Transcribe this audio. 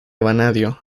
vanadio